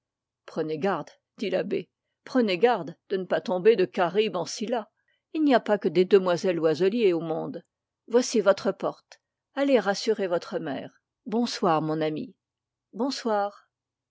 prenez garde dit l'abbé prenez garde de ne pas tomber de charybde en scylla il n'y a pas que des demoiselles loiselier au monde voici votre porte allez rassurer votre mère bonsoir mon ami bonsoir